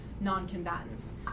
non-combatants